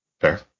Fair